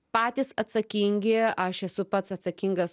patys atsakingi aš esu pats atsakingas